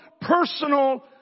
personal